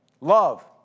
Love